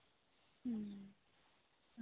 ᱦᱮᱸ